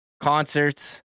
concerts